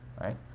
right